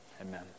Amen